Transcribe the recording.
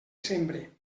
sembre